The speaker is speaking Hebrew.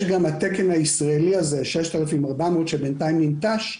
יש גם את התקן הישראלי, 6400, שבינתיים ננטש,